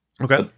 okay